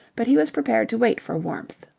but he was prepared to wait for warmth.